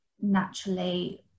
naturally